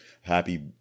Happy